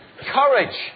Courage